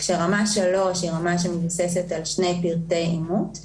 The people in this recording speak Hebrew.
רמה 3 מבוססת על שני פרטי אימות.